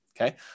okay